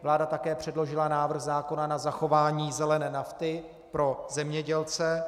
Vláda také předložila návrh zákona na zachování zelené nafty pro zemědělce.